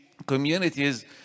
communities